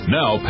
Now